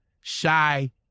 shy